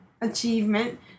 achievement